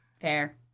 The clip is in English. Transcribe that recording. Fair